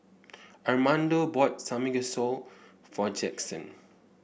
Armando bought Samgeyopsal for Jaxson